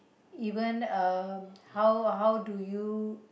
even uh how how do you